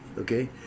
okay